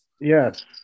Yes